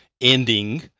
ending